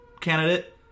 candidate